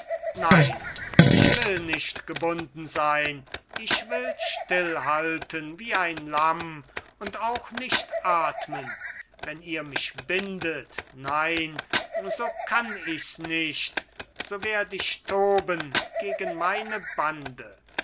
nein ich will nicht gebunden sein ich will stillhalten wie ein lamm und auch nicht atmen wenn ihr mich bindet nein so kann ich's nicht so werd ich toben gegen meine bande